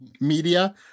media